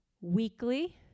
weekly